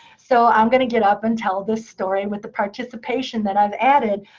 so i'm going to get up and tell the story with the participation that i've added.